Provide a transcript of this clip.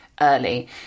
early